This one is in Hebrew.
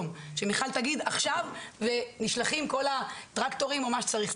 שמיכל תגיד עכשיו ונשלחים כל הטרקטורים או מה שצריך,